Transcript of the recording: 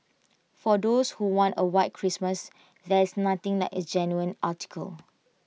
for those who want A white Christmas there is nothing like A genuine article